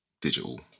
digital